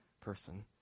person